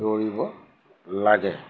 দৌৰিব লাগে